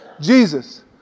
Jesus